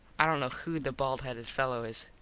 i dont know who the bald headed fello is.